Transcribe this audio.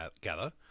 gather